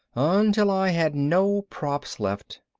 until i had no props left,